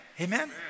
Amen